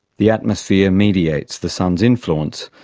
the atmosphere mediates the sun's influence,